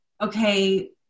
okay